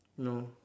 no